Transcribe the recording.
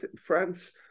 France